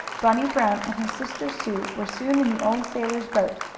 bunny brown and his sister sue were soon in the old sailor's boat,